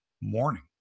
morning